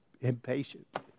impatient